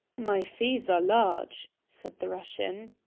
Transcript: my fees are large, said the russian.